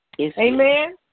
Amen